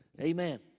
Amen